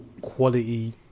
quality